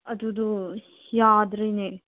ꯑꯗꯨꯗꯨ ꯌꯥꯗ꯭ꯔꯦꯅꯦ